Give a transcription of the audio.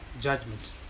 judgment